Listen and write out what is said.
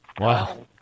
Wow